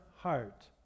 heart